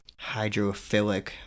hydrophilic